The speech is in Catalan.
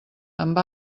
amb